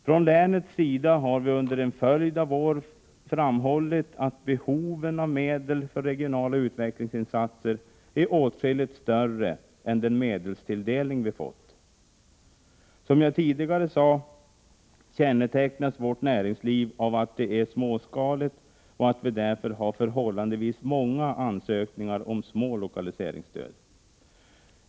Från länets sida har under en följd av år framhållits att behoven av medel för regionala utvecklingsinsatser är åtskilligt större än den medelstilldelning vi fått. Som jag tidigare sade kännetecknas vårt näringsliv av att det är småskaligt och att vi därför har förhållandevis många ansökningar om små lokaliserings stöd.